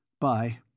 Bye